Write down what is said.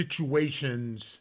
situations